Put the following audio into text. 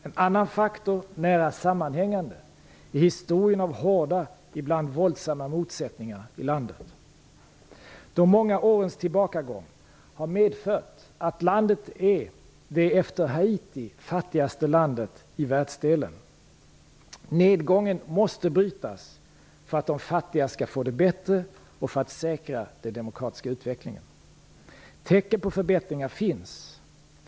En annan faktor, nära sammanhängande, är historien om hårda, ibland våldsamma motsättningar i landet. De många årens tillbakagång har medfört att landet är det efter Haiti fattigaste landet i världsdelen. Nedgången måste brytas för att de fattiga skall få det bättre och för att säkra den demokratiska utvecklingen. Tecken på förbättringar finns.